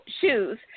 shoes